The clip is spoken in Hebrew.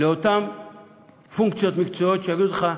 לאותן פונקציות מקצועיות שיגידו לך: